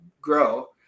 grow